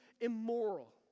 immoral